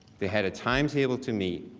they had a timetable to meet,